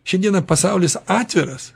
šiandiena pasaulis atviras